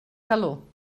calor